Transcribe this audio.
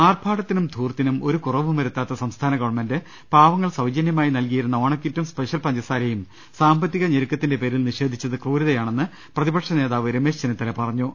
ആർഭാടത്തിനും ധൂർത്തിനും ഒരു കുറവും വരുത്താത്ത സംസ്ഥാന ഗവൺമെന്റ് പാവങ്ങൾക്ക് സൌജന്യമായി നൽകി യിരുന്ന ഓണക്കിറ്റും സ്പെഷൽ പഞ്ചസാരയും സാമ്പത്തിക ഞെരുക്കത്തിന്റെ പേരിൽ നിഷേധിച്ചത് ക്രൂരതാണെന്ന് പ്രതി പക്ഷ നേതാവ് രമേശ് ചെന്നിത്തല പറഞ്ഞു